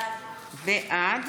בעד